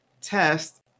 test